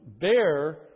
bear